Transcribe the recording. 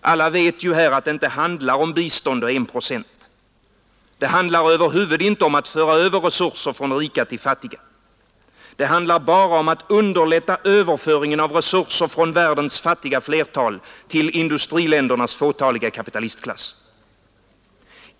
Alla vet ju här att det inte handlar om bistånd och 1 procent. Det handlar över huvud inte om att föra över resurser från rika till fattiga. Det handlar bara om att underlätta överföringen av resurser från världens fattiga flertal till industriländernas fåtaliga kapitalistklass.